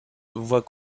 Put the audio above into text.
voit